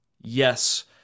Yes